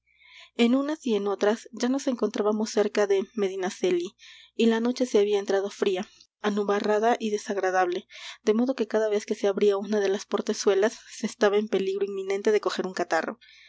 en unas y en otras ya nos encontrábamos cerca de medinaceli y la noche se había entrado fría anubarrada y desagradable de modo que cada vez que se abría una de las portezuelas se estaba en peligro inminente de coger un catarro